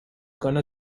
gonna